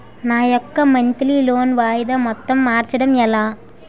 నా యెక్క monthly loan వాయిదా మొత్తం మార్చడం ఎలా?